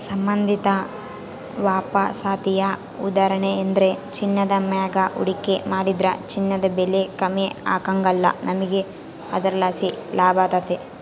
ಸಂಬಂಧಿತ ವಾಪಸಾತಿಯ ಉದಾಹರಣೆಯೆಂದ್ರ ಚಿನ್ನದ ಮ್ಯಾಗ ಹೂಡಿಕೆ ಮಾಡಿದ್ರ ಚಿನ್ನದ ಬೆಲೆ ಕಮ್ಮಿ ಆಗ್ಕಲ್ಲ, ನಮಿಗೆ ಇದರ್ಲಾಸಿ ಲಾಭತತೆ